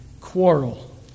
quarrel